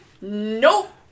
Nope